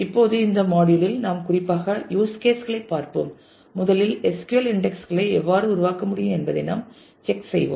இப்போது இந்த மாடியுல் லில் நாம் குறிப்பாக யூஸ் கேஸ் களைப் பார்ப்போம் முதலில் SQLஇல் இன்டெக்ஸ்களை எவ்வாறு உருவாக்க முடியும் என்பதை நாம் செக் செய்வோம்